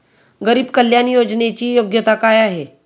गरीब कल्याण योजनेची योग्यता काय आहे?